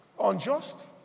Unjust